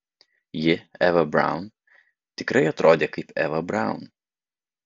ji eva braun tikrai atrodė kaip eva braun